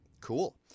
Cool